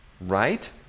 right